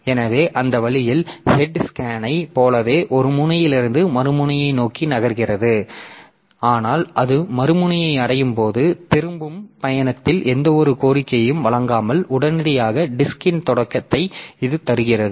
எனவே அந்த வழியில் ஹெட் SCAN ஐப் போலவே ஒரு முனையிலிருந்து மறு முனையை நோக்கி நகர்கிறது ஆனால் அது மறுமுனையை அடையும் போது திரும்பும் பயணத்தில் எந்தவொரு கோரிக்கையையும் வழங்காமல் உடனடியாக டிஸ்க்ன் தொடக்கத்தை இது தருகிறது